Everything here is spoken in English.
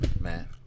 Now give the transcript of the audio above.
Man